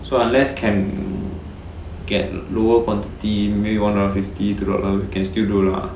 so unless can get lower quantity may one dollar fifty two dollar you can still do lah